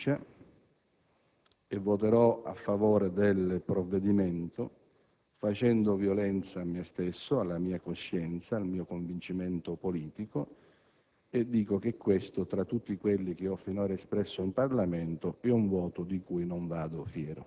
Tuttavia, signor Presidente, sul provvedimento al nostro esame è stata posta la questione di fiducia. Tutti sappiamo quali sono i rapporti di forza in questo ramo del Parlamento, che non consentono né voti in dissenso,